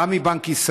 גם מבנק ישראל,